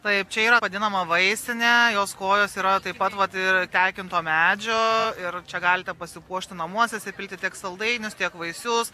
taip čia yra vadinama vaisinė jos kojos yra taip pat vat ir tekinto medžio ir čia galite pasipuošti namuose įsipilti tiek saldainius tiek vaisius